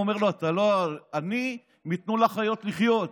הוא אומר לו: אני מתנו לחיות לחיות,